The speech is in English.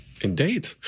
Indeed